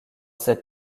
cette